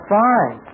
fine